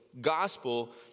gospel